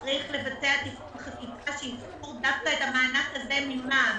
יש לבצע תיקון חקיקה שיפטור את המענק הזה ממע"מ.